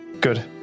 Good